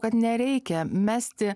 kad nereikia mesti